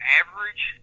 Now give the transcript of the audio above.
average